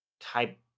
type